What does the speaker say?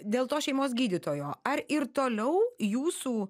dėl to šeimos gydytojo ar ir toliau jūsų